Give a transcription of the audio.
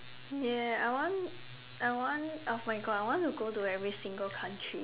ya I want I want oh my God I want to go to every single country